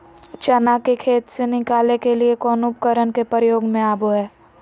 चना के खेत से निकाले के लिए कौन उपकरण के प्रयोग में आबो है?